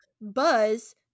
buzz